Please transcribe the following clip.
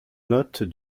notes